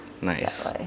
nice